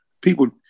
people